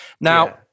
now